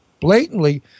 blatantly